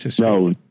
No